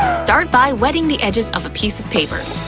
start by wetting the edge of a piece of paper.